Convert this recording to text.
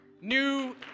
new